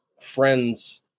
friends